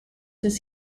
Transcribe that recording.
does